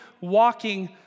walking